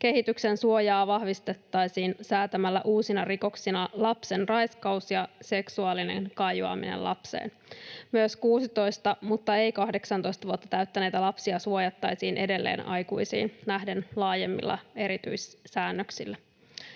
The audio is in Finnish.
kehityksen suojaa vahvistettaisiin säätämällä uusina rikoksena lapsen raiskaus ja seksuaalinen kajoaminen lapseen. Myös 16 mutta ei 18 vuotta täyttäneitä lapsia suojattaisiin edelleen aikuisiin nähden laajemmilla erityissäännöksille.